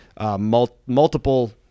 Multiple